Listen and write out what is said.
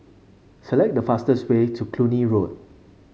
select the fastest way to Cluny Road